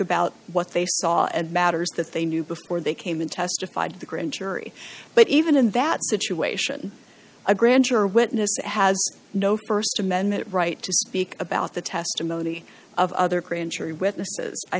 about what they saw and matters that they knew before they came in testified to the grand jury but even in that situation a grand juror witness has no st amendment right to speak about the testimony of other grand jury witness